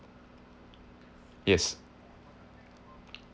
yes